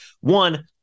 One